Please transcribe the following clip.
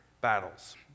battles